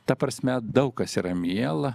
ta prasme daug kas yra miela